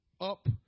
up